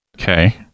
Okay